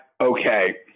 okay